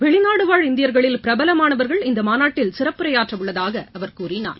வெளிநாடுவாழ் இந்தியர்களில் பிரபலமானவர்கள் இந்த மாநாட்டில் சிறப்புரையாற்ற உள்ளதாக அவர் கூறினார்